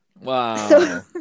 wow